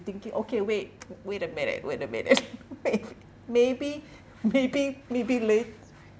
thinking okay wait wait a minute wait a minute wait maybe maybe maybe late